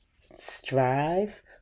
strive